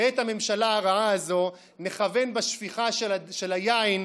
את הממשלה הרעה הזו נכוון בשפיכה של היין: